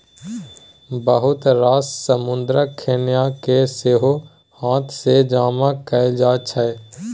बहुत रास समुद्रक खेनाइ केँ सेहो हाथ सँ जमा कएल जाइ छै